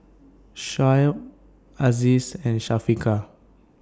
Shoaib Aziz and Syafiqah